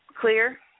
clear